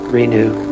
renew